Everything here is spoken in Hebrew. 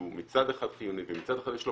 שהוא מצד אחד חיוני ומצד אחר יש לו